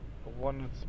One